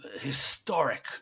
historic